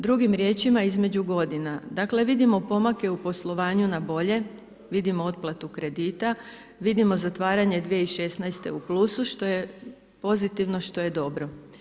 Drugim riječima između godina, dakle vidimo pomake u poslovanju na bolje, vidimo otplatu kredita, vidimo zatvaranje 2016. u plusu što je pozitivno, što je dobro.